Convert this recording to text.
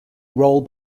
roll